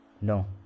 No